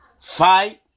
Fight